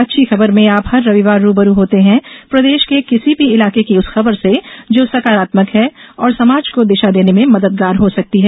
अच्छी खबर में आप हर रविवार रू ब रू होते हैं प्रदेश के किसी भी इलाके की उस खबर से जो सकारात्मक है और समाज को दिशा देने में मददगार हो सकती है